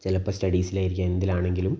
ചിലപ്പം സ്റ്റഡീസിലായിരിക്കാം എന്തിലാണെങ്കിലും